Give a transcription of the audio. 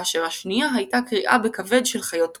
כאשר השנייה הייתה קריאה בכבד של חיות קורבן.